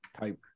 type